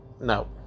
No